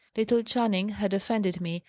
little channing had offended me,